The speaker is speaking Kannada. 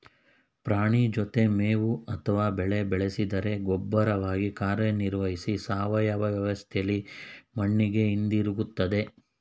ಪ್ರಾಣಿ ಜೊತೆ ಮೇವು ಅಥವಾ ಬೆಳೆ ಬೆಳೆಸಿದರೆ ಗೊಬ್ಬರವಾಗಿ ಕಾರ್ಯನಿರ್ವಹಿಸಿ ಸಾವಯವ ವ್ಯವಸ್ಥೆಲಿ ಮಣ್ಣಿಗೆ ಹಿಂದಿರುಗ್ತದೆ